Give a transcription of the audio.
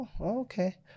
okay